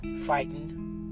Frightened